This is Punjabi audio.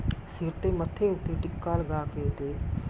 ਸਿਰ 'ਤੇ ਮੱਥੇ ਉੱਤੇ ਟਿੱਕਾ ਲਗਾ ਕੇ ਅਤੇ